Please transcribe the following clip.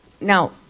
Now